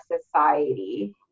society